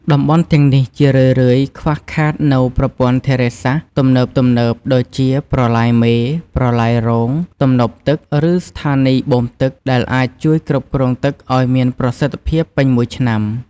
តំបន់ទាំងនេះជារឿយៗខ្វះខាតនូវប្រព័ន្ធធារាសាស្ត្រទំនើបៗ ដូចជាប្រឡាយមេ ប្រឡាយរង ទំនប់ទឹក ឬស្ថានីយបូមទឹក ដែលអាចជួយគ្រប់គ្រងទឹកឱ្យមានប្រសិទ្ធភាពពេញមួយឆ្នាំ។